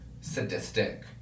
sadistic